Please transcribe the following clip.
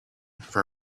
for